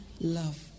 love